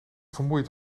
vermoeiend